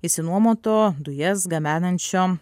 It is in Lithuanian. išsinuomoto dujas gabenančio